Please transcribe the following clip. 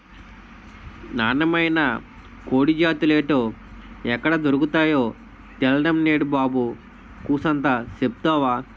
నాన్నమైన కోడి జాతులేటో, అయ్యెక్కడ దొర్కతాయో తెల్డం నేదు బాబు కూసంత సెప్తవా